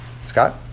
Scott